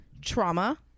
trauma